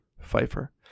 Pfeiffer